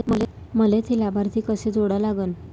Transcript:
मले थे लाभार्थी कसे जोडा लागन?